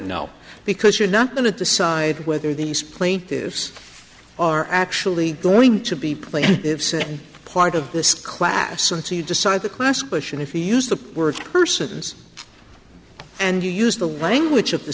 no because you're not going to decide whether these plaintiffs are actually going to be playing a part of this class and so you decide the class question if you use the word persons and you use the language of the